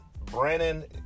Brandon